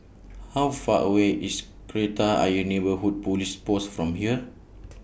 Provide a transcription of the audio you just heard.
How Far away IS Kreta Ayer Neighbourhood Police Post from here